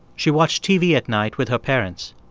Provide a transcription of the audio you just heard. she watched tv at night with her parents.